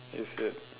is it